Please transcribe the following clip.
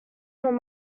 from